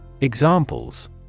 Examples